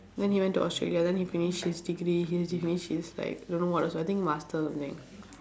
then he went to australia then he finish his degree he have to finish his like I don't know what also I think master or something